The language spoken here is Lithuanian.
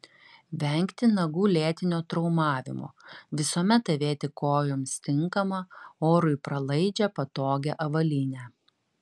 vengti nagų lėtinio traumavimo visuomet avėti kojoms tinkamą orui pralaidžią patogią avalynę